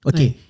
Okay